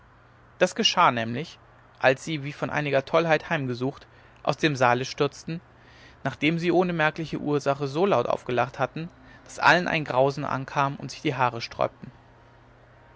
das geschah nämlich als sie wie von einiger tollheit heimgesucht aus dem saale stürzten nachdem sie ohne merkliche ursache so aufgelacht hatten daß allen ein grausen ankam und sich die haare sträubten